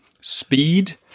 speed